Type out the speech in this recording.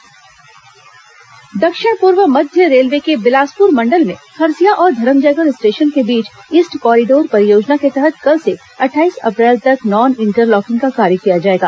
train प्रभावित दक्षिण पूर्व मध्य रेलवे के बिलासपुर मंडल में खरसिया और धरमजयगढ़ स्टेशन के बीच ईस्ट कॉरीडोर परियोजना के तहत कल से अट्ठाईस अप्रैल तक नॉन इंटरलॉकिंग का कार्य किया जाएगा